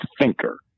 thinker